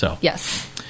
Yes